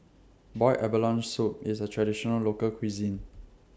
boiled abalone Soup IS A Traditional Local Cuisine